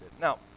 Now